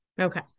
Okay